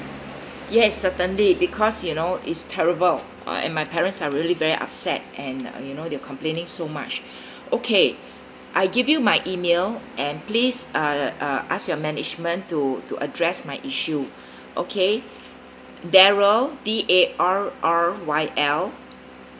yes certainly because you know it's terrible and my parents are really very upset and uh you know they're complaining so much okay I give you my email and please uh uh ask your management to to address my issues okay darryl D_A_R_R_Y_L